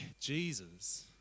Jesus